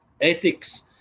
Ethics